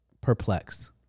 Perplexed